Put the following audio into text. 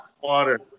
water